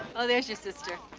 oh, there's your sister.